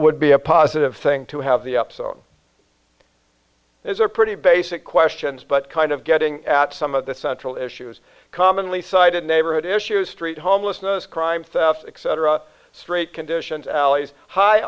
would be a positive thing to have the ups on is a pretty basic questions but kind of getting at some of the central issues commonly cited neighborhood issues street homelessness crime etc straight conditions alleys hi